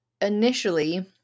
initially